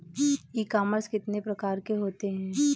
ई commerce कितने प्रकार के होते हैं?